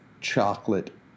chocolate